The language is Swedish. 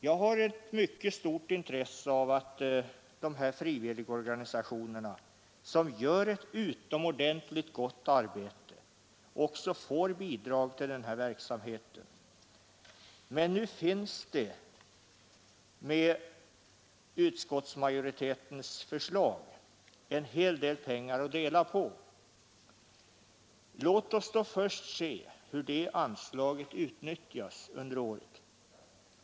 Jag har ett mycket stort intresse av att dessa frivilligorganisationer, som gör ett utomordentligt gott arbete, också får bidrag till denna verksamhet. Men nu finns det dock, enligt utskottsmajoritetens förslag, en hel del pengar att dela på. Låt oss då först se hur det anslaget utnyttjas under året.